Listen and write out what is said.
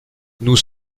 nous